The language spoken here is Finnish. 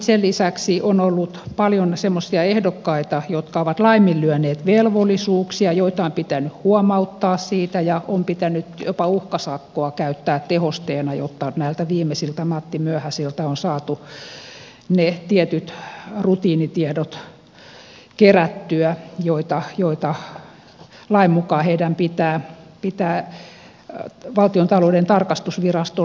sen lisäksi on ollut paljon semmoisia ehdokkaita jotka ovat laiminlyöneet velvollisuuksia joita on pitänyt huomauttaa siitä ja on pitänyt jopa uhkasakkoa käyttää tehosteena jotta näiltä viimeisiltä mattimyöhäisiltä on saatu ne tietyt rutiinitiedot kerättyä joita lain mukaan heidän pitää valtiontalouden tarkastusvirastolle esittää